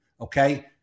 okay